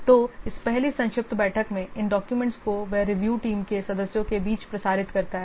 तो इस पहली संक्षिप्त बैठक में इन डाक्यूमेंट्स को वह रिव्यू टीम के सदस्यों के बीच प्रसारित करता है